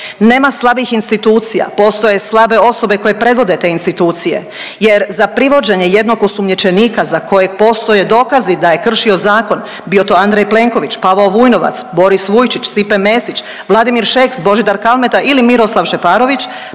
Nema slabih institucija, postoje slabe osobe koje predvode te institucije jer za privođenje jednog osumnjičenika za kojeg postoje dokazi da je kršio zakon bio to Andrej Plenković, Pavao Vujnovac, Boris Vujčić, Stiše Mesić, Vladimir Šeks, Božidar Kalmeta ili Miroslav Šeparović